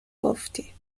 گفتی